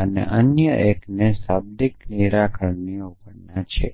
અને અન્ય એકને શાબ્દિક નિરાકરણની અવગણના છે